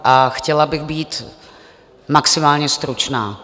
A chtěla bych být maximálně stručná.